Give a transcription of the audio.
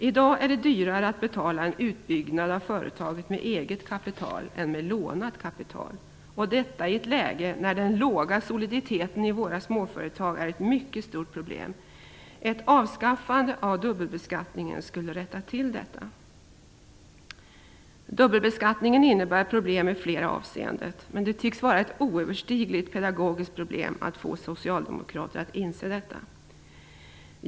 I dag är det dyrare att betala en utbyggnad av företaget med eget kapital än med lånat kapital, och detta i ett läge när den låga soliditeten i våra småföretag är ett mycket stort problem. Ett avskaffande av dubbelbeskattningen skulle rätta till detta. Dubbelbeskattningen innebär problem i flera avseenden, men det tycks vara ett oöverstigligt pedagogisk problem att få socialdemokrater att inse detta.